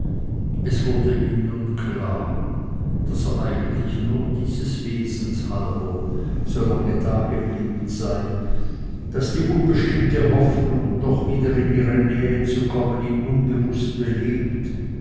es wurde ihm nun klar daß er eigentlich nur dieses wesens halber so lange dageblieben sei daß die unbestimmte hoffnung doch wieder in ihre nähe zu kommen ihn unbewußt belebte